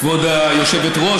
כבוד היושבת-ראש,